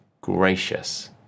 gracious